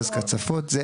גז קצפות,